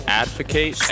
advocate